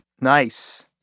Nice